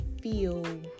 feel